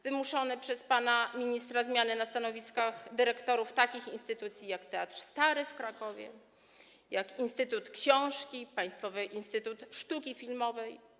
Wymuszone były przez pana ministra zmiany na stanowiskach dyrektorów takich instytucji jak Stary Teatr w Krakowie, Instytut Książki, Państwowy Instytut Sztuki Filmowej.